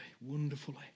wonderfully